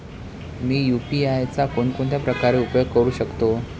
मी UPI चा कोणकोणत्या प्रकारे उपयोग करू शकतो?